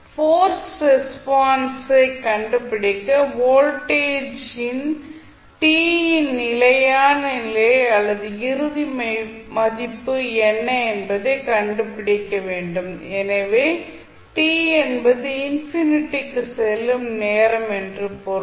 forced ரெஸ்பான்ஸை கண்டுபிடிக்க வோல்டேஜின் t இன் நிலையான நிலை அல்லது இறுதி மதிப்பு என்ன என்பதை கண்டுபிடிக்க வேண்டும் எனவே t என்பது இன்ஃபினிட்டிக்கு செல்லும் நேரம் என்று பொருள்